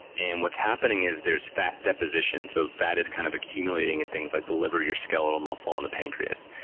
and what's happening is there's fat deposition, so fat is kind of accumulating in things like the liver, your skeletal muscle, and the pancreas.